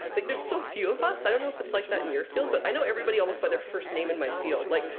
like, there's so few of us. i don't know if it's like that in your field, but i know everybody, almost, by their first name in my field. like,